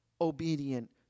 obedient